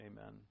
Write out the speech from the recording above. Amen